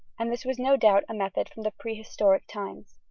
and this was no doubt a method from the prehistoric times.